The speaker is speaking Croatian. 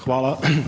Hvala.